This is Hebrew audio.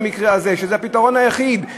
זה הפתרון היחיד.